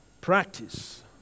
practice